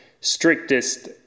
strictest